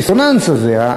הדיסוננס הזה,